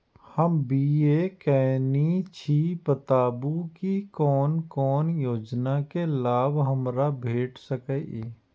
हम बी.ए केनै छी बताबु की कोन कोन योजना के लाभ हमरा भेट सकै ये?